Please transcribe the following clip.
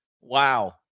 Wow